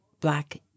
black